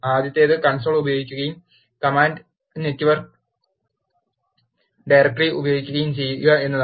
ആദ്യത്തേത് കൺസോൾ ഉപയോഗിക്കുകയും command set working directory ഉപയോഗിക്കുകയും ചെയ്യുക എന്നതാണ്